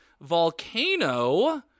volcano